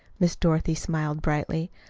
miss dorothy smiled brightly.